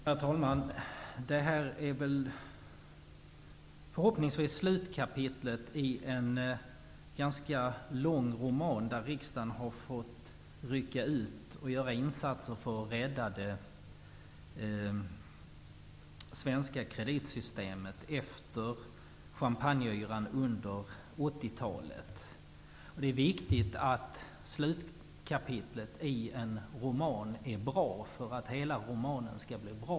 Herr talman! Det här är förhoppningsvis slutkapitlet i en ganska lång roman, där riksdagen har fått rycka ut och göra insatser för att rädda det svenska kreditsystemet efter champagneyran under 80-talet. Det är viktigt att slutkapitlet i en roman är bra för att hela romanen skall bli bra.